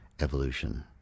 evolution